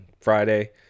Friday